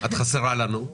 את חסרה לנו.